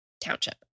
Township